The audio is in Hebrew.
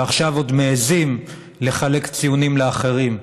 ועכשיו עוד מעיזים לחלק ציונים לאחרים.